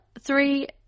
three